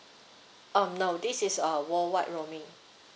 um no this is a worldwide roaming